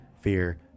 fear